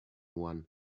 one